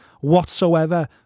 whatsoever